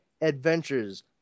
adventures